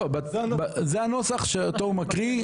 זה הנוסח שאותו הוא מקריא,